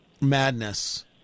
madness